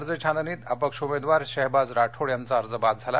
अर्ज छाननीत अपक्ष उमेदवार शेहबाज राठोड यांचा अर्ज बाद झाला